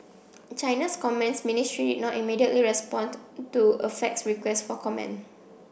China's comments ministry did not immediately respond to a faxed request of comment